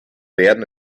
werden